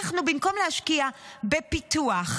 במקום להשקיע בפיתוח,